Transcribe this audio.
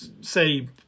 say